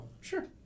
Sure